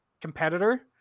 competitor